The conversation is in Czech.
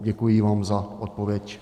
Děkuji vám za odpověď.